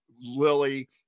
Lily